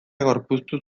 gorpuztu